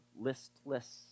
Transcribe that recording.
listless